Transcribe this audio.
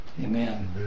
Amen